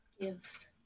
Give